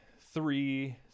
three